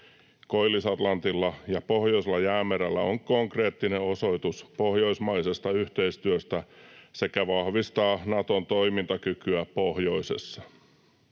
Koillis-Atlantilla ja Pohjoisella jäämerellä on konkreettinen osoitus pohjoismaisesta yhteistyöstä sekä vahvistaa Naton toimintakykyä pohjoisessa.